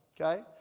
okay